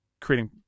creating